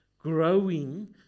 growing